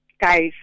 guys